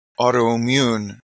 autoimmune